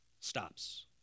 stops